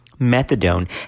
Methadone